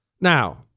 Now